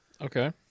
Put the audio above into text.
Okay